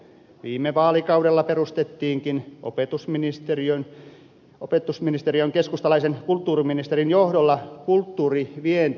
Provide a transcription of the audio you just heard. viime vaalikaudella perustettiinkin opetusministeriöön keskustalaisen kulttuuriministerin johdolla kulttuurivientiyksikkö